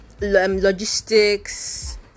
logistics